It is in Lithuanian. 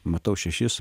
matau šešis